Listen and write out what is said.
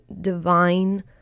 divine